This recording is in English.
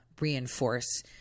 reinforce